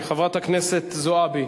חברת הכנסת זועבי,